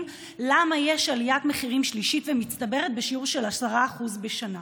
למה יש עליית מחירים שלישית ומצטברת בשיעור של 10% בשנה.